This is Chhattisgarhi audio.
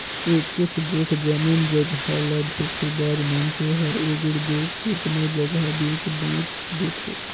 एकेच गोट जमीन जगहा ल धोखेबाज मइनसे हर एगोट दो केतनो जगहा बेंच बांएच देथे